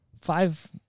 Five